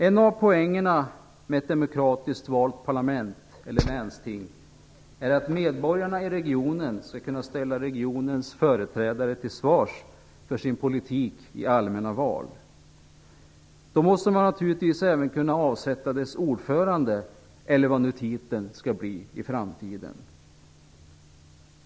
En av poängerna med ett demokratiskt valt parlament, eller länsting, är att medborgarna i regionen skall kunna ställa regionens företrädare till svars för sin politik i allmänna val. Då måste man naturligtvis även kunna avsätta dess ordförande, eller vad nu titeln skall vara i framtiden.